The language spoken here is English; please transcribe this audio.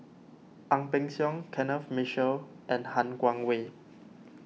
Ang Peng Siong Kenneth Mitchell and Han Guangwei